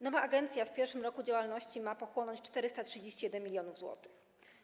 Nowa agencja w pierwszym roku działalności ma pochłonąć 431 mln zł.